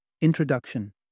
Introduction